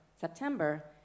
September